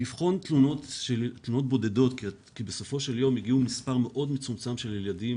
לבחון תלונות בודדות כי בסופו של יום הגיעו מספר מאוד מצומצם של ילדים